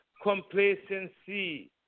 complacency